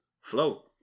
flow